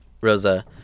rosa